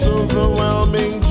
overwhelming